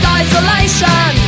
isolation